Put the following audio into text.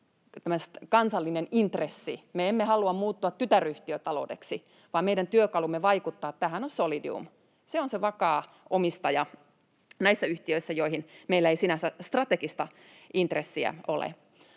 kansallinen intressi. Me emme halua muuttua tytäryhtiötaloudeksi, vaan meidän työkalumme vaikuttaa tähän on Solidium. Se on se vakaa omistaja näissä yhtiöissä, joihin meillä ei sinänsä strategista intressiä ole.